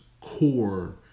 core